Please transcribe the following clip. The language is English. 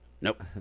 Nope